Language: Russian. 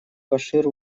башир